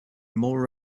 more